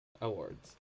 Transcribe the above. awards